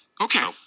Okay